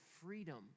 freedom